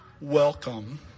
welcome